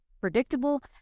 predictable